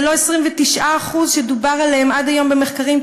זה לא 29% שדובר עליהם עד היום במחקרים,